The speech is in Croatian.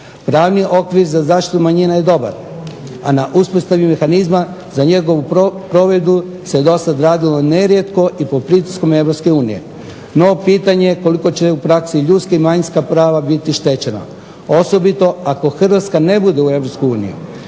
Pravni okvir za zaštitu manjina je dobar a na uspostavi mehanizma za njegovu provedbu se do sada radilo nerijetko i pod pritiskom Europske unije, no, pitanje koliko će u praksi ljudska i manjinska prava biti oštećena. Osobito ako Hrvatska ne bude u